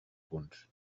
punts